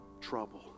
trouble